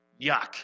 Yuck